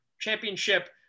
championship